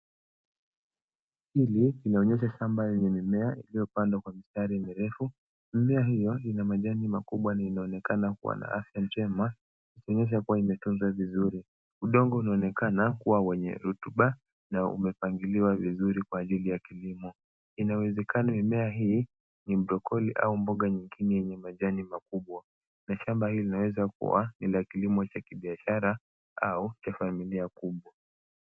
Hili inaonyesha shamba yenye mimea iliyopandwa kwa mistari mirefu. Mimea hio ina majani makubwa na inaonekana kuwa na afya nzuri, inaweza kuwa imetunzwa vizuri. Udongo unaonekana kuwa wenye rutuba na umepangiliwa vizuri kwa ajili ya kilimo. Inawezekana mimea hii ni brokoli au mboga nyingine yenye majani makubwa, na shamba hili inaweza kuwa ni ya kilimo cha kibiashara au ya familia kubwa.